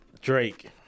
Drake